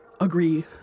agree